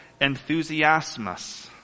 enthusiasmus